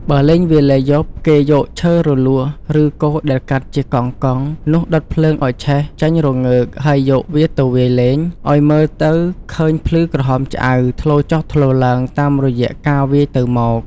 បើលេងវេលាយប់ គេយកឈើរលួស ឬគរដែលកាត់ជាកង់ៗ នោះដុតភ្លើងឲ្យឆេះចេញរងើក ហើយយកទៅវាយលង ឲ្យមើលទៅឃើញភ្លឺក្រហមឆ្អៅ ធ្លោចុះធ្លោឡើងតាមរយៈការវាយទៅមក។